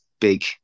big